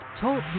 Talk